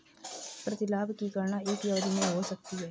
प्रतिलाभ की गणना एक ही अवधि में हो सकती है